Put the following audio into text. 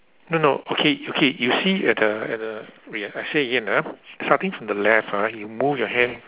no no okay okay you see at the at the wait ah I say again ah starting from the left ah you move your hand